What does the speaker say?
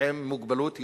עם מוגבלות ישתלבו.